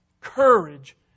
courage